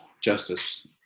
justice